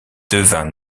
devint